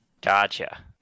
Gotcha